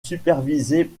supervisée